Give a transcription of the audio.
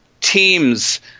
teams